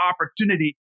opportunity